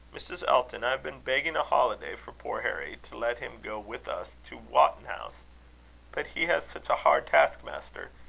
mrs. elton, i have been begging a holiday for poor harry, to let him go with us to wotton house but he has such a hard task-master!